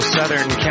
Southern